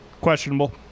Questionable